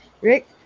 Rick